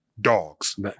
dogs